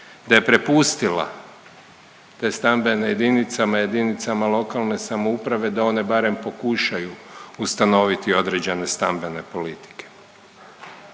da je prepustila te stambene jedinicama, jedinicama lokalne samouprave da one barem pokušaju ustanoviti određene stambene politike.